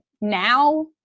now